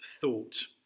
thought